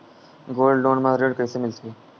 Gold loan म ऋण कइसे मिलथे?